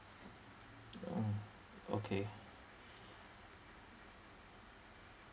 oh okay